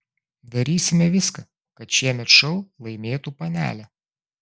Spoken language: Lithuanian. darysime viską kad šiemet šou laimėtų panelė